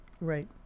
Right